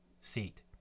seat